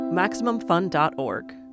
MaximumFun.org